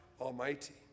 Almighty